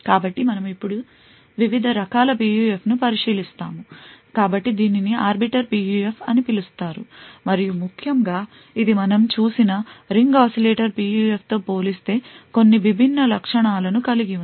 కాబట్టి మనము ఇప్పుడు వివిధ రకాల PUF ని పరిశీలిస్తాము కాబట్టి దీనిని ఆర్బిటర్ PUF అని పిలుస్తారు మరియు ముఖ్యంగా ఇది మనం చూసిన రింగ్ oscillator PUF తో పోలి స్తే కొన్ని విభిన్న లక్షణాలను కలిగి ఉంది